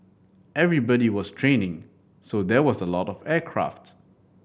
everybody was training so there was a lot of aircraft